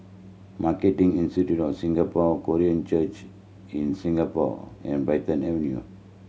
Marketing Institute of Singapore Korean Church in Singapore and Brighton Avenue